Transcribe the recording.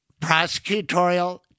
prosecutorial